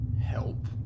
help